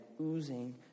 oozing